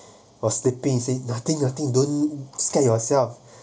was sleeping he say nothing nothing don't scare yourself